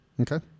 Okay